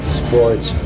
sports